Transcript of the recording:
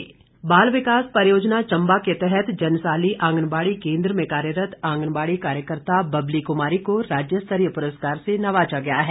पुरस्कार बाल विकास परियोजना चम्बा के तहत जनसाली आँगनवाडी केंद्र में कार्यरत आंगनबाड़ी कार्यकर्ता बबली कुमारी को राज्य स्तरीय पुरस्कार से नवाजा गया है